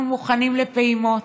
אנחנו מוכנים לפעימות.